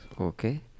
Okay